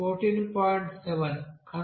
7